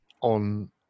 on